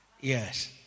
Yes